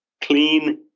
clean